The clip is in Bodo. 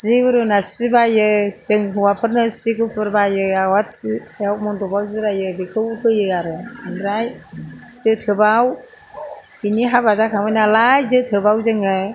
जि उरुना सि बायो जों हौवाफोरनो सि गुफुर बायो आवाथिआव मन्द'बाव जिरायो बेखौ होयो आरो ओमफ्राय जोथोबाव बिनि हाबा जाखांबाय नालाय जोथोबाव जोङो